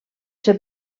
ser